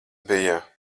bija